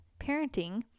parenting